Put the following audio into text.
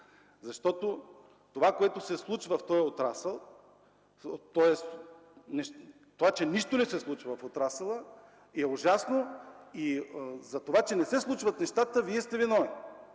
Защото това, което се случва в този отрасъл, тоест това, че нищо не се случва в отрасъла, е ужасно. Затова, че не се случват нещата, Вие сте виновен.